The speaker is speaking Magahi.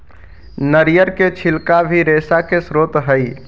नरियर के छिलका भी रेशा के स्रोत हई